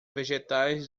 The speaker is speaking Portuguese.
vegetais